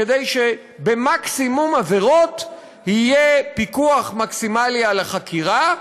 כדי שבמקסימום עבירות יהיה פיקוח מקסימלי על החקירה,